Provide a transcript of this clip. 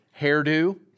hairdo